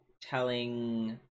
telling